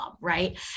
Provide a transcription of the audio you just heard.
right